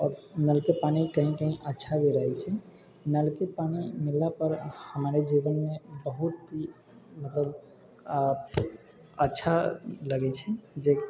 आओर नलके पानि कहीँ कहीँ अच्छा भी रहै छै नलके पानि मिललापर हमर जीवनमे बहुत ही मतलब अच्छा लगै छै जेकि